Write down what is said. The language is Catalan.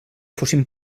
fossin